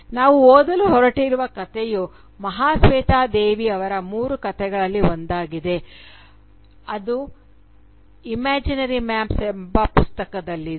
ನಾವು ಓದಲು ಹೊರಟಿರುವ ಕಥೆಯು ಮಹಾಸ್ವೇತಾ ದೇವಿ ಅವರ ಮೂರು ಕಥೆಗಳಲ್ಲಿ ಒಂದಾಗಿದೆ ಅದು ಇಮ್ಯಾಜಿನರಿ ಮ್ಯಾಪ್ಸ್ ಎಂಬ ಪುಸ್ತಕದಲ್ಲಿದೆ